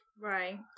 Right